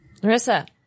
Narissa